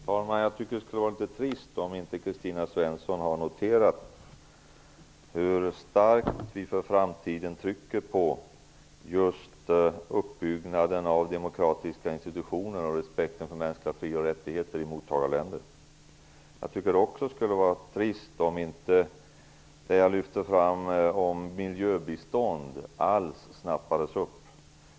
Fru talman! Jag tycker att det skulle vara litet trist om inte Kristina Svensson noterat hur starkt vi för framtiden betonar just uppbyggnaden av demokratiska institutioner och respekten för mänskliga fri och rättigheter i mottagarländer. Jag tycker också att det skulle vara trist om det jag lyfte fram om miljöbistånd inte alls snappades upp.